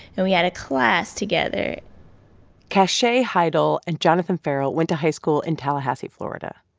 and we had a class together cache heidel and jonathan ferrell went to high school in tallahassee, fla. and